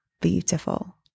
beautiful